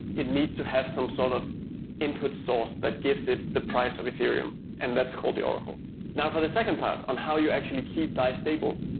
it needs to have some sort of input source that gives it the price of ethereum and that's called the oracle now for the second part on how you actually keep dai stable,